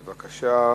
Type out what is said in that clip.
בבקשה.